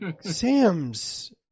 Sam's